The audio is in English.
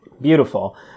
Beautiful